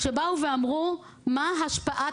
שבאו ואמרו מה השפעת